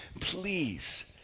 please